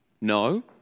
No